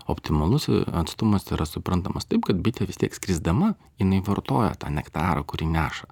optimalus atstumas yra suprantamas taip kad bitė vis tiek skrisdama jinai vartoja tą nektarą kurį neša